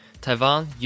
Taiwan